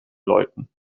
läuten